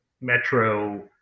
metro